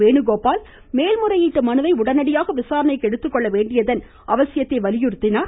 வேணுகோபால் மேல்முறையீட்டு மனுவை உடனடியாக அவசர விசாரணைக்கு எடுத்துக்கொள்ள வேண்டியதன் அவசியத்தை வலியுறுத்தினார்